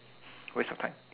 waste of time